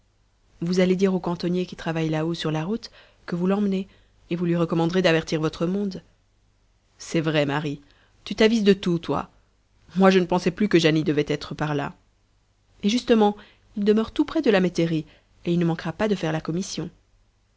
vous allez dire au cantonnier qui travaille là-haut sur la route que vous l'emmenez et vous lui recommanderez d'avertir votre monde c'est vrai marie tu t'avises de tout toi moi je ne pensais plus que jeannie devait être par là et justement il demeure tout près de la métairie et il ne manquera pas de faire la commission